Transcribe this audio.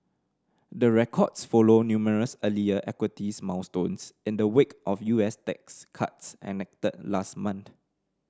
the records follow numerous earlier equities milestones in the wake of U S tax cuts enacted last month